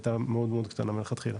הייתה מאוד מאוד קטנה מלכתחילה.